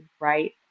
right